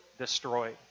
destroyed